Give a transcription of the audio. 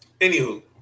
Anywho